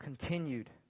continued